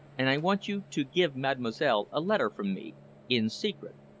and i want you to give mademoiselle a letter from me in secret.